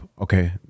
okay